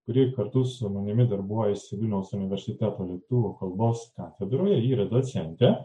kuri kartu su manimi darbuojasi vilniaus universiteto lietuvių kalbos katedroje yra docentė